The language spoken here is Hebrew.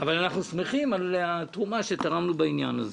אנחנו שמחים על התרומה שתרמנו בעניין הזה.